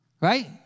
right